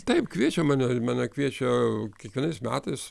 taip kviečia mane mane kviečia kiekvienais metais